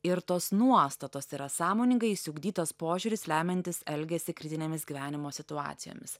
ir tos nuostatos yra sąmoningai išsiugdytas požiūris lemiantis elgesį kritinėmis gyvenimo situacijomis